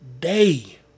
day